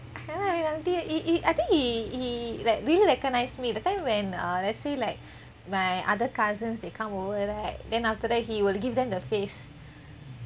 ya aunty I think he he like really recognise me that time when uh let's say like my other cousins they come over right then he will give them the face